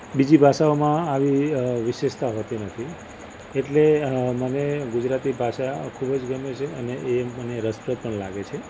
બીજી ભાષાઓમાં આવી વિશેષતા હોતી નથી એટલે મને ગુજરાતી ભાષા ખૂબ જ ગમે છે અને એ મને રસપ્રદ પણ લાગે છે